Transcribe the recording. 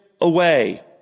away